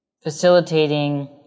facilitating